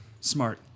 Smart